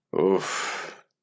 Oof